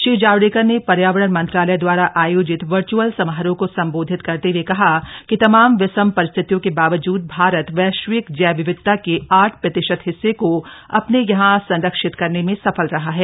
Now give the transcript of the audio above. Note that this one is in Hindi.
श्री जावडेकर ने पर्यावरण मंत्रालय दवारा आयोजित वर्च्अल समारोह को संबोधित करते हए कहा कि तमाम विषम परिस्थितियों के बावजूद भारत वैश्विक जैव विविधता के आठ प्रतिशत हिस्से को अपने यहां संरक्षित करने में सफल रहा है